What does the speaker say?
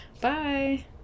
Bye